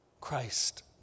Christ